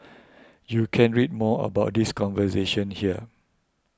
you can read more about this conversion here